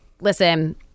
listen